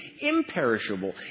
imperishable